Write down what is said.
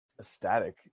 ecstatic